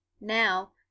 now